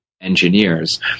engineers